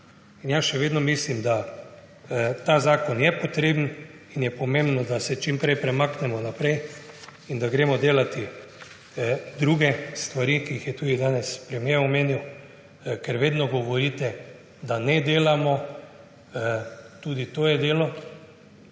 Jaz še vedno mislim, da je ta zakon potreben in je pomembno, da se čim prej premaknemo naprej, da gremo delat druge stvari, ki jih je tudi danes premier omenil, ker vedno govorite, da ne delamo. Tudi to je delo.